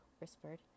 whispered